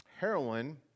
Heroin